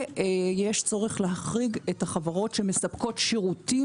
יש צורך להחריג את החברות שמספקות שירותים